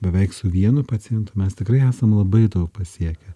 beveik su vienu pacientu mes tikrai esam labai daug pasiekę